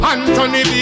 Anthony